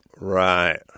right